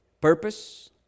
Purpose